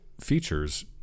features